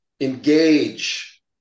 engage